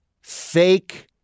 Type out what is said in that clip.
fake